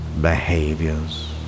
behaviors